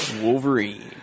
Wolverine